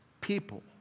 people